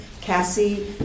Cassie